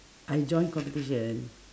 I join competition